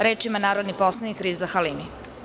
Reč ima narodni poslanik Riza Halimi.